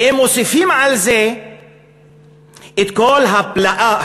ואם מוסיפים על זה את כל הפלאות